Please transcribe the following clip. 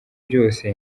byose